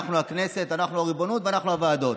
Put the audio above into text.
אנחנו הכנסת, אנחנו הריבונות ואנחנו הוועדות.